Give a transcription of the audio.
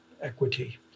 equity